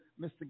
Mr